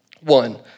One